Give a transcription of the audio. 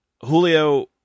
Julio